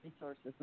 resources